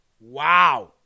Wow